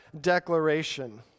declaration